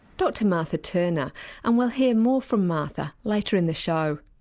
dr martha turner and we'll hear more from martha later in the show.